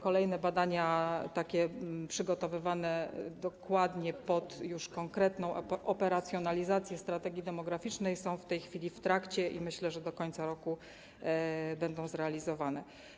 Kolejne badania, przygotowywane dokładnie pod konkretną operacjonalizację strategii demograficznej, są w tej chwili w trakcie i myślę, że do końca roku będą zrealizowane.